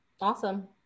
Awesome